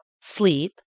sleep